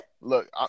Look